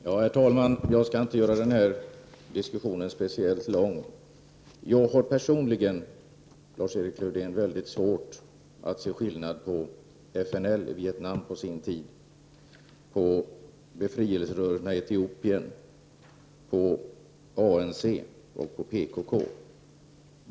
Herr talman! Jag skall inte göra den här diskussionen speciellt lång. Själv har jag, Lars-Erik Lövdén, mycket svårt att se någon skillnad på FNL i Vietnam på sin tid, på befrielserörelserna i Etiopien, på ANC och på PKK.